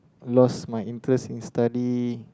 lost my interest in study